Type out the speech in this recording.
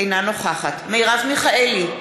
אינה נוכחת מרב מיכאלי,